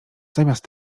zamiast